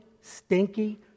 stinky